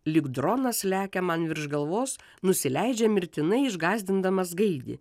lyg dronas lekia man virš galvos nusileidžia mirtinai išgąsdindamas gaidį